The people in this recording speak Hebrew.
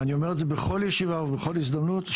ואני אומר את זה בכל ישיבה ובכל הזדמנות,